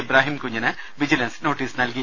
ഇബ്രാഹിംകുഞ്ഞിന് vigilance notice നൽകി